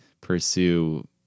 pursue